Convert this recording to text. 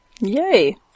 Yay